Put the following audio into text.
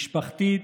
משפחתית,